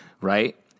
right